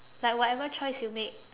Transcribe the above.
like whatever choice you make